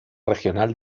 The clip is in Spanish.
regional